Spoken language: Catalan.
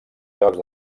llocs